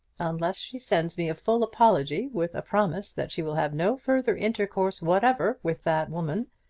unless she sends me a full apology, with a promise that she will have no further intercourse whatever with that woman,